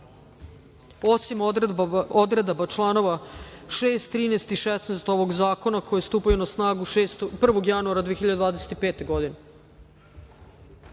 osim odredaba članova 6, 13. i 16. ovog zakona koje stupaju na snagu 1. januara 2025.